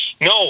No